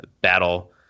battle